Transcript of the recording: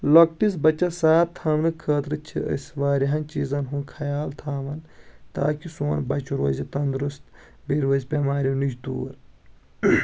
لۄکٹِس بچس صاف تھاونہٕ خأطرٕ چھ أسۍ واریاہن چیٖزن ہُنٛد خیال تھاوان تاکہ سون بچہٕ روزِ تندرُست بیٚیہِ روزِ بٮ۪ماریو نِش دوٗر